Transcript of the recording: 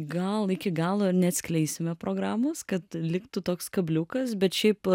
gal iki galo neatskleisime programos kad liktų toks kabliukas bet šiaip